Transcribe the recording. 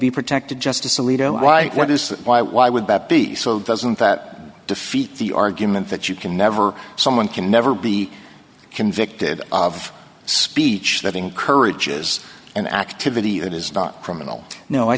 be protected justice alito why what is that why why would that be so doesn't that defeat the argument that you can never someone can never be convicted of speech that encourages an activity that is not criminal no i